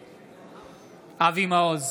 בעד אבי מעוז,